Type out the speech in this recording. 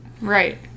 right